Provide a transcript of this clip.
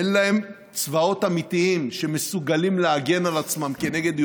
אין להם צבאות אמיתיים שמסוגלים להגן על עצמם כנגד איומים.